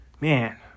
Man